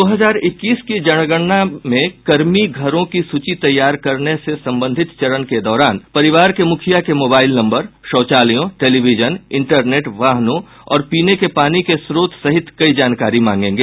दो हजार इक्कीस की जनगणना में कर्मी घरों की सूची तैयार करने से संबंधित चरण के दौरान परिवार के मुखिया के मोबाइल नम्बर शौचालयों टेलिविजन इंटरनेट वाहनों और पीने के पानी के स्रोत सहित कई जानकारी मागेंगे